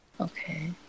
Okay